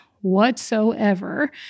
whatsoever